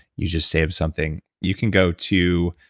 you just saved something. you can go to